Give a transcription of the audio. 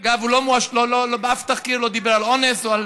אגב, אף תחקיר לא דיבר על אונס או על